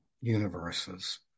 universes